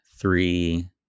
three